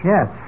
Yes